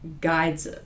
guides